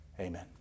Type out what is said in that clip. Amen